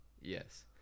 Yes